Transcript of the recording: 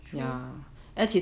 true